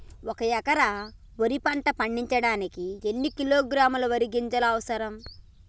ఒక్క ఎకరా వరి పంట పండించడానికి ఎన్ని కిలోగ్రాముల వరి గింజలు అవసరం?